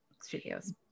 studios